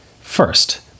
First